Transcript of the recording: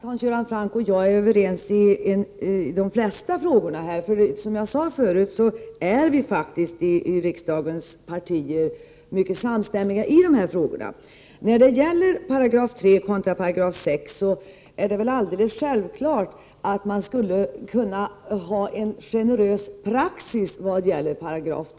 Herr talman! Jag kan konstatera att Hans Göran Franck och jag är överens i de flesta frågorna. Som jag sade tidigare är riksdagens alla partier ganska överens i dessa frågor. När det gäller 3 § kontra 6 § är det väl alldeles självklart att man skulle kunna ha en generös praxis i fråga om 3 §.